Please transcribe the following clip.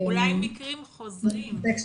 אולי מקרים חוזרים.